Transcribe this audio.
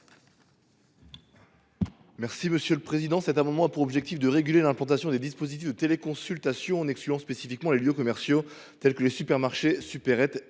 M. Joshua Hochart. Cet amendement a pour objet de réguler l’implantation des dispositifs de téléconsultation, en excluant spécifiquement les lieux commerciaux tels que les supermarchés, supérettes